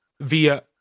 via